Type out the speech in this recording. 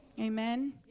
Amen